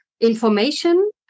information